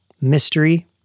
mystery